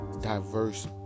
diverse